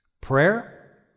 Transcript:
prayer